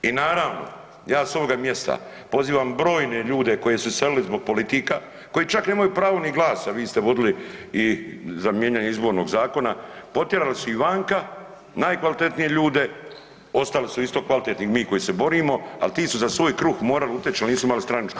I naravno, ja s ovoga mjesta pozivam brojne ljude koji su iselili zbog politika, koji čak nemaju pravo ni glasa, vi ste vodili i za mijenjanje Izbornog zakona, potjerali su ih vanka, najkvalitetnije ljude, ostali su isto kvalitetni, mi koji se borimo, ali ti su za svoji kruh morali uteći, oni nisu imali stranačku iskaznicu.